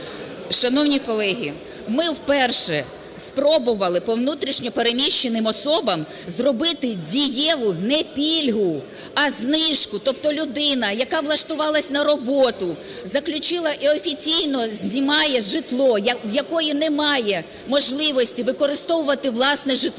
Шановні колеги, ми вперше спробували по внутрішньо переміщеним особам зробити дієву не пільгу, а знижку. Тобто людина, яка влаштувалася на роботу, заключила і офіційно знімає житло, в якої немає можливості використовувати власне житло,